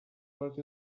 birth